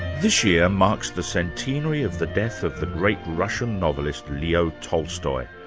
this year marks the centenary of the death of the great russian novelist, leo tolstoy,